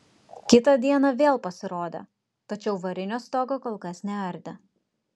kitą dieną vėl pasirodė tačiau varinio stogo kol kas neardė